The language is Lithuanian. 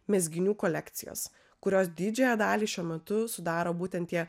mezginių kolekcijos kurios didžiąją dalį šiuo metu sudaro būtent tie